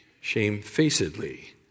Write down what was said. shamefacedly